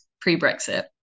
pre-Brexit